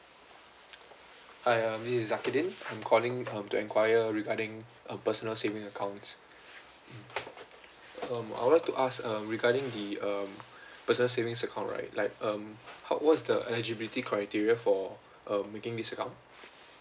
hi um this is zakidin I am calling um to enquire regarding a personal savings account um I would like to ask err regarding the um personal savings account right like um what is the eligibility criteria for uh making this account